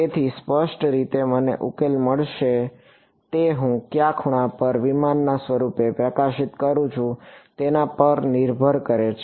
તેથી સ્પષ્ટ રીતે મને જે ઉકેલ મળે છે તે હું કયા ખૂણા પર વિમાનના સ્વરૂપને પ્રકાશિત કરું છું તેના પર નિર્ભર કરે છે